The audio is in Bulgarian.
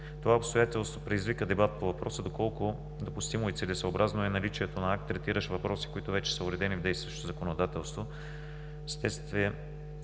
Това обстоятелство предизвика дебат по въпроса доколко допустимо и целесъобразно е наличието на акт, третиращ въпроси, които вече са уредени в действащото законодателство.